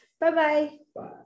bye-bye